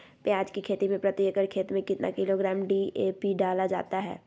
प्याज की खेती में प्रति एकड़ खेत में कितना किलोग्राम डी.ए.पी डाला जाता है?